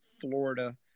Florida